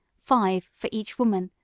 five for each woman,